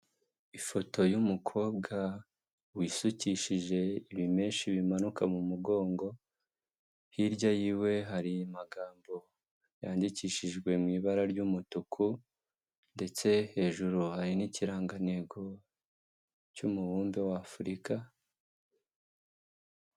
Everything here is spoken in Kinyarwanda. Ifoto y'umukobwa wisukishije ibimeshi bimanuka mu mugongo, hirya yiwe hari amagambo yandikishijwe mu ibara ry'umutuku ndetse hejuru hari n'ikirangantego cy'umubumbe wa Afurika.